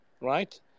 right